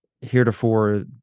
heretofore